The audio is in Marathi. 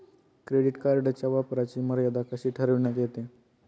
क्रेडिट कार्डच्या वापराची मर्यादा कशी ठरविण्यात येते?